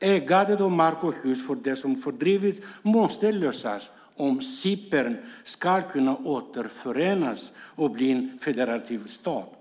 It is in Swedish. Frågan om ägande av mark och hus för dem som fördrivits måste lösas om Cypern ska kunna återförenas och bli en federativ stat.